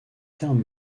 terme